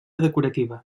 decorativa